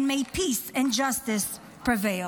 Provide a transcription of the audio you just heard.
and may peace and justice prevail.